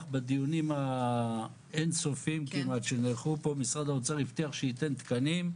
בדיונים האינסופיים כמעט שנערכו פה שייתן תקנים.